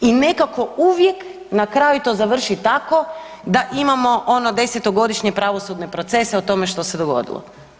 I nekako uvijek na kraju to završi tako da imamo ono desetogodišnje pravosudne procese o tome što se dogodilo.